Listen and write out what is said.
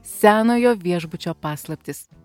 senojo viešbučio paslaptys